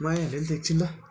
म आइहालेँ नि त एकछिन ल